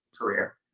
career